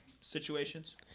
situations